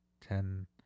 ten